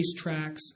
racetracks